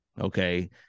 okay